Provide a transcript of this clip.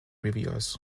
reviewers